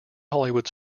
hollywood